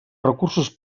recursos